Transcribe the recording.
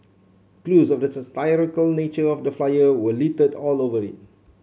clues of the satirical nature of the flyer were littered all over it